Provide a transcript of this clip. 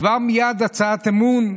וכבר מייד הצעת אי-אמון?